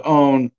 own